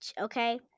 okay